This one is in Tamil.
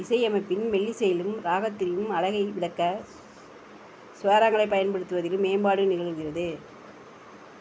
இசையமைப்பின் மெல்லிசையிலும் ராகத்தின் அழகை விளக்க ஸ்வரங்களைப் பயன்படுத்துவதிலும் மேம்பாடு நிகழ்கிறது